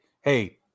hey